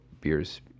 beers